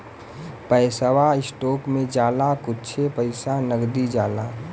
पैसवा स्टोक मे जाला कुच्छे पइसा नगदी जाला